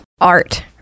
art